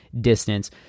distance